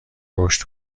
رشد